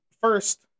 First